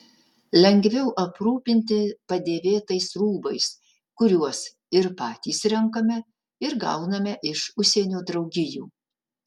lengviau aprūpinti padėvėtais rūbais kuriuos ir patys renkame ir gauname iš užsienio draugijų